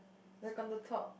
like on the top